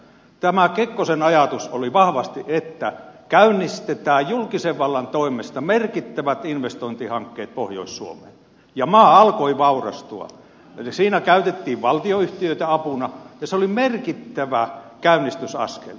tämä kekkosen ajatus oli vahvasti se että käynnistetään julkisen vallan toimesta merkittävät investointihankkeet pohjois suomeen ja maa alkoi vaurastua eli siinä käytettiin valtionyhtiöitä apuna ja se oli merkittävä käynnistysaskel